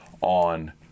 on